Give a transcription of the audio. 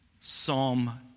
Psalm